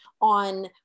on